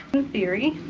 theory,